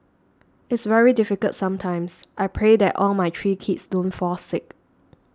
it's very difficult sometimes I pray that all my three kids don't fall sick